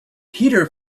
peter